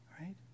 right